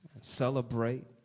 celebrate